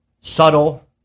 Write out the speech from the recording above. subtle